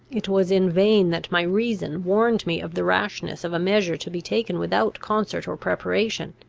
it was in vain that my reason warned me of the rashness of a measure, to be taken without concert or preparation.